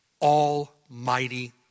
Almighty